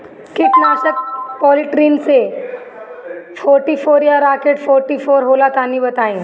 कीटनाशक polytrin C forty four या rocket forty four होला तनि बताई?